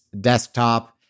desktop